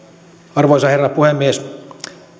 arvoisa herra puhemies